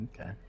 Okay